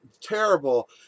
terrible